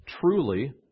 truly